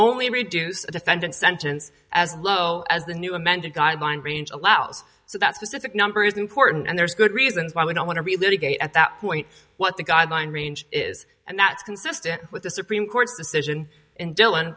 only reduce the defendant sentence as low as the new amended guideline range allows so that's pacific number is important and there's good reasons why we don't want to really get at that point what the guideline range is and that's consistent with the supreme court's decision in dillon